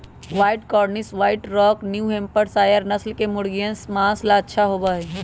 white Cornish, White Rock, New Hampshire नस्ल के मुर्गियन माँस ला अच्छा होबा हई